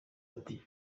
ati